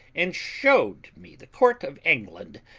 and showed me the court of england,